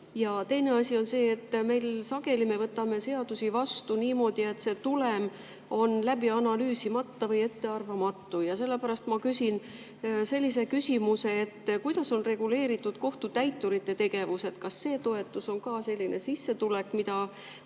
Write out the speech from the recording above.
Teine asi on see, et sageli me võtame seadusi vastu niimoodi, et see tulem on läbi analüüsimata või ettearvamatu. Sellepärast ma küsin sellise küsimuse: kuidas on reguleeritud kohtutäiturite tegevus? Kas see toetus on ka selline sissetulek, mille